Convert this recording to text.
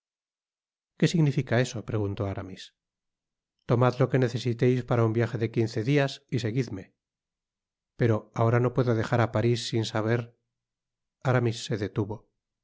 que significa eso preguntó aramis tomad lo que necesiteis para un viaje de quince dias y seguidme pero ahora no puedo dejar á paris sin saber aramis se detuvo lo